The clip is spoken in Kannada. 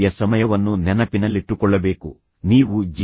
ಯ ಸಮಯವನ್ನು ನೆನಪಿನಲ್ಲಿಟ್ಟುಕೊಳ್ಳಬೇಕು ನೀವು ಜಿ